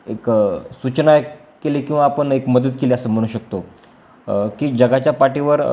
एक सूचना केली किंवा आपण एक मदत केली असं म्हणू शकतो की जगाच्या पाठीवर